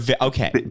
okay